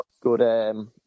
good